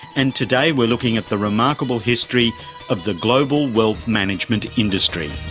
and today we're looking at the remarkable history of the global wealth management industry.